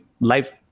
life